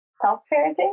Self-parenting